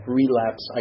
relapse